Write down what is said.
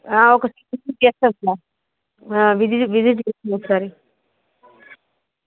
ఒకసారి విజిట్ చేస్తాం sir visit చేస్తాం సార్